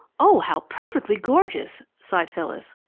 oh, how perfectly gorgeous! sighed phyllis,